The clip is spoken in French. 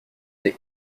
des